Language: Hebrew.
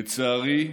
לצערי,